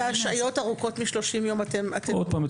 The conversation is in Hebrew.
והשעיות ארוכות מ-30 יום אתם --- עוד פעם,